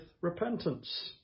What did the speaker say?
repentance